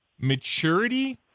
maturity